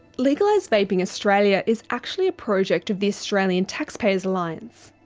legalise vaping australia is actually a project of the australian taxpayers alliance.